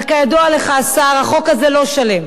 אבל כידוע לך, השר, החוק הזה לא שלם.